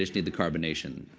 just need the carbonation.